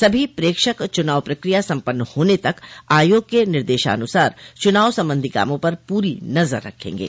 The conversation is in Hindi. सभी प्रेक्षक चुनाव प्रकिया सम्पन्न होने तक आयोग के निद शानुसार चुनाव संबंधी कामों पर पूरी नज़र रखेगे